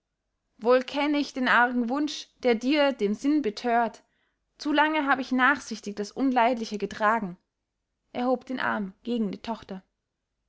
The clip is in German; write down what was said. wohl kenne ich den argen wunsch der dir den sinn betört zu lange habe ich nachsichtig das unleidliche getragen er hob den arm gegen die tochter